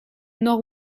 nord